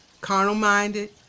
carnal-minded